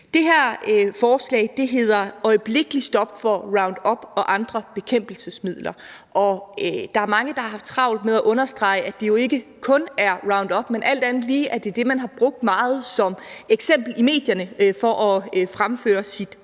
Det her forslag handler om et øjeblikkeligt stop for Roundup og andre bekæmpelsesmidler, og der er mange, der har haft travlt med at understrege, at det jo ikke kun er Roundup, men det er alt andet lige det, man har brugt meget som eksempel i medierne for at fremføre sit synspunkt,